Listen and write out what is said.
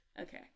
okay